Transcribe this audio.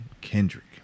Kendrick